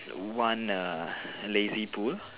want a lazy pool